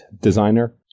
designer